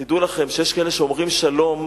תדעו לכם שיש כאלה שאומרים "שלום",